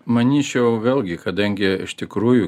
manyčiau vėlgi kadangi iš tikrųjų